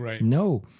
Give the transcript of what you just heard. No